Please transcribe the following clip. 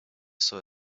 saw